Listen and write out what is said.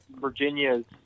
Virginia's